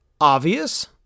obvious